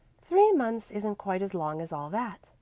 three months isn't quite as long as all that,